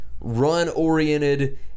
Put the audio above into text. run-oriented